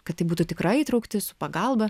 kad tai būtų tikra įtrauktis su pagalba